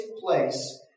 place